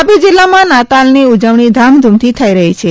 તાપી જીલ્લામાં નાતાલની ઉજવણી ધૂમધામથી થઇ રહી છે